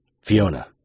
Fiona